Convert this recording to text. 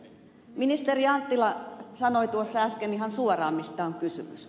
ministeri anttila sanoi tuossa äsken ihan suoraan mistä on kysymys